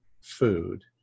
food